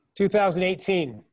2018